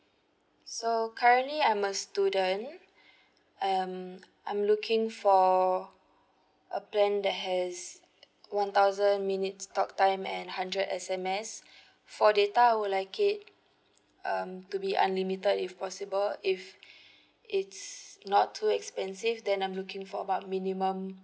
so currently I'm a student um I'm looking for a plan that has one thousand minutes talk time and hundred S_M_S for data I would like it um to be unlimited if possible if it's not too expensive then I'm looking for about minimum